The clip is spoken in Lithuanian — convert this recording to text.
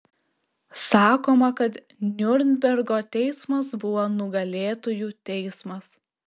sakoma kad niurnbergo teismas buvo nugalėtojų teismas